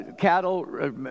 cattle